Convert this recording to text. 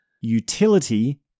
Utility